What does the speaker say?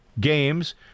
games